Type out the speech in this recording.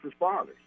responders